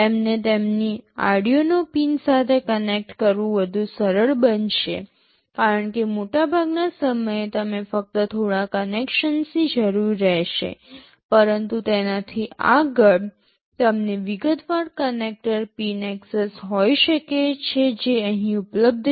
તેમને તેમની Arduino pin સાથે કનેક્ટ કરવું વધુ સરળ બનશે કારણકે મોટાભાગના સમયે તમને ફક્ત થોડા કનેક્શન્સની જરૂર રહેશે પરંતુ તેનાથી આગળ તમને વિગતવાર કનેક્ટર પિન એક્સેસ હોઈ શકે છે જે અહીં ઉપલબ્ધ છે